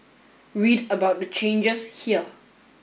read about the changes here